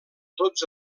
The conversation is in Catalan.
tots